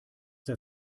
der